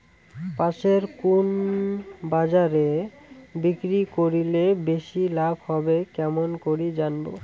পাশের কুন বাজারে বিক্রি করিলে বেশি লাভ হবে কেমন করি জানবো?